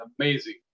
amazing